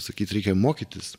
sakyt reikia mokytis